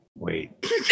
Wait